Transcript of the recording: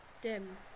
Dim